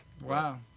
Wow